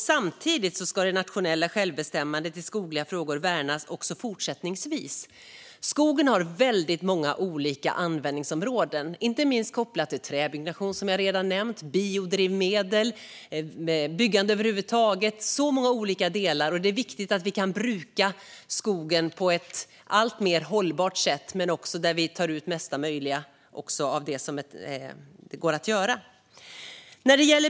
Samtidigt ska det nationella självbestämmandet i skogliga frågor värnas även fortsättningsvis. Skogen har väldigt många olika användningsområden, inte minst kopplat till träbyggnation, som jag redan nämnt, biodrivmedel och byggande över huvud taget. Det är så många delar, och det är viktigt att vi kan bruka skogen på ett alltmer hållbart sätt och även ta ut mesta möjliga av det som går att göra.